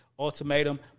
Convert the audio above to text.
Ultimatum